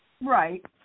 Right